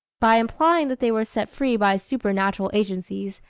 by implying that they were set free by supranatural agencies,